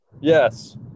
Yes